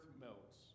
melts